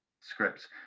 scripts